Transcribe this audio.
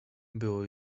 było